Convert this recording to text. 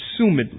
assumedly